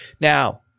Now